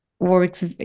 Works